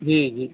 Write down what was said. جی جی